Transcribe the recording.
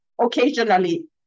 occasionally